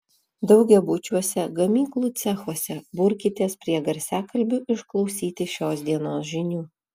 daugiabučiuose gamyklų cechuose burkitės prie garsiakalbių išklausyti šios dienos žinių